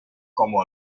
como